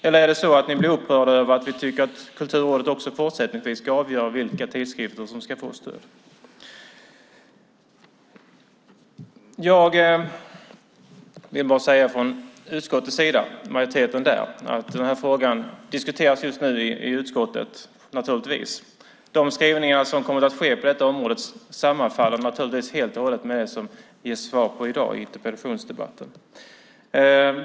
Blir ni upprörda över att vi tycker att Kulturrådet även fortsättningsvis ska avgöra vilka tidskrifter som ska få stöd? Från majoriteten i utskottet vill jag säga att frågan just nu diskuteras i utskottet. De skrivningar som kommer att göras på området sammanfaller naturligtvis helt och hållet med det som sägs i svaret i interpellationsdebatten i dag.